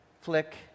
Flick